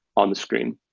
on the screen.